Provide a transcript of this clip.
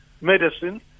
medicine